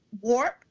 warp